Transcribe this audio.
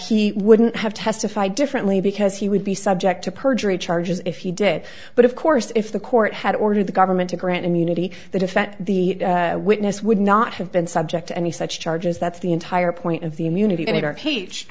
he wouldn't have to testify differently because he would be subject to perjury charges if he did but of course if the court had ordered the government to grant immunity the defense the witness would not have been subject to any such charges that's the entire point of the immunity